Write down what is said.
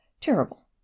Terrible